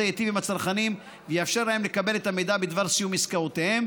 ייטיב עם הצרכנים ויאפשר להם לקבל את המידע בדבר סיום עסקאותיהם.